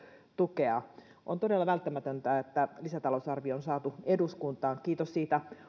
tukea on todella välttämätöntä että lisätalousarvio on saatu eduskuntaan kiitos sitä